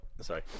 Sorry